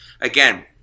Again